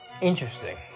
Interesting